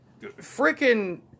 freaking